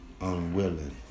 unwilling